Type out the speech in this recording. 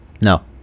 No